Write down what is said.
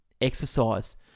Exercise